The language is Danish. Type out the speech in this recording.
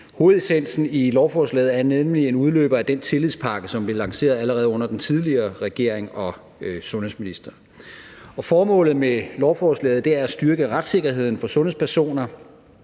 Hovedessensen i lovforslaget er nemlig en udløber af den tillidspakke, som blev lanceret allerede under den tidligere regering og sundhedsminister. Og formålet med lovforslaget er at styrke retssikkerheden for sundhedspersoner